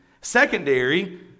secondary